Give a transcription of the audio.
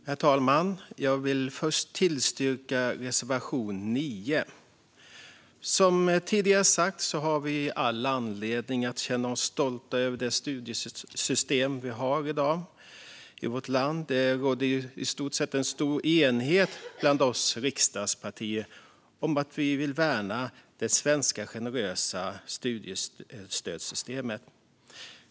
Herr talman! Jag vill först yrka bifall till reservation 9 i betänkandet. Som tidigare sagts har vi all anledning att känna oss stolta över det studiestödssystem vi har i vårt land. Det råder i stort sett en stor enighet bland oss riksdagspartier om att vi vill värna det svenska generösa studiestödssystemet.